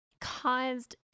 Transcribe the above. caused